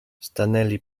stanęli